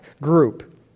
group